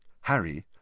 Harry